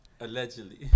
Allegedly